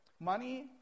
Money